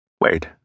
Wait